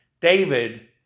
David